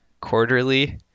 quarterly